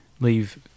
leave